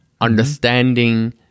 understanding